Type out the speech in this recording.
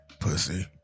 Pussy